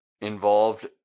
involved